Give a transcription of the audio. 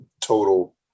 total